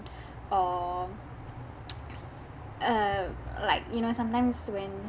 or um like you know sometimes when